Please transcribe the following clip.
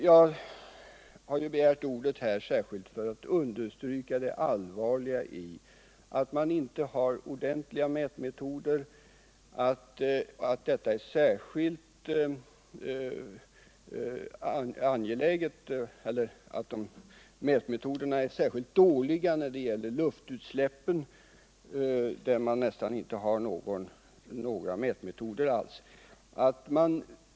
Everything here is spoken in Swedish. Jag har begärt ordet särskilt för att understryka det allvarliga i att man inte har ordentliga mätmetoder och att de är särskilt dåliga för luftutsläppen, där man nästan inte har några mätmetoder alls.